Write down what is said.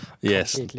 Yes